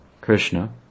Krishna